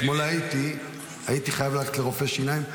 אתמול הייתי חייב ללכת לרופא שיניים,